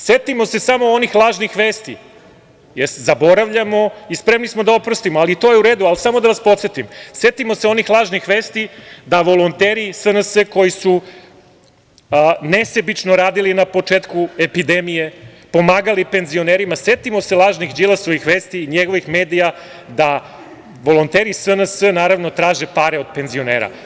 Setimo se samo onih lažnih vesti, jer zaboravljamo i spremni smo da oprostimo, ali to je u redu, ali samo da vas podsetim, setimo se onih lažnih vesti da volonteri iz SNS koji su nesebično radili na početku epidemije, pomagali penzionerima, setimo se lažnih Đilasovih vesti i njegovih medija da volonteri SNS, naravno traže pare od penzionera.